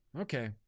Okay